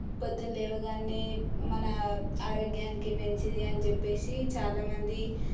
పొద్దున లేవగానే మన ఆరోగ్యానికి మంచిది అని చెప్పేసి చాలా మంది